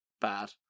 bad